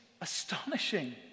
astonishing